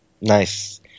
Nice